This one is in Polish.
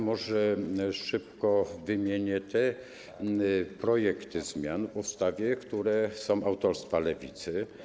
Może szybko wymienię projekty zmian w ustawie, które są autorstwa Lewicy.